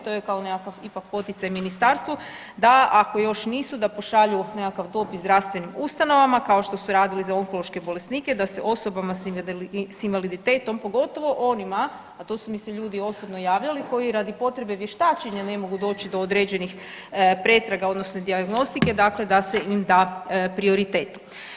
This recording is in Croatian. To je kao nekakav ipak poticaj ministarstvu da ako još nisu da pošalju nekakav dopis zdravstvenim ustanovama kao što su radili za onkološke bolesnike da se osobama s invaliditetom pogotovo onima, a to su mi se ljudi osobno javljali koji radi potrebe vještačenja ne mogu doći do određenih pretraga odnosno dijagnostike dakle da se im da prioritet.